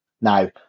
now